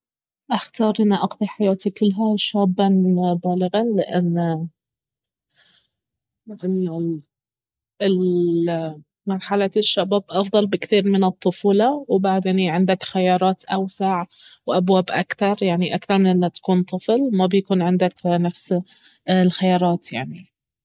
اختار انه اقضي حياتي كلها شابا بالغا لانه لان ال- مرحلة الشباب افضل بكثير من الطفولة وبعد يعني عندك خيارات أوسع وأبواب اكثر يعني اكثر من انه تكون طفل ما بيكون عندك نفس الخيارات يعني